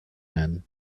man